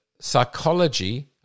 psychology